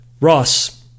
Ross